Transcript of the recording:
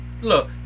look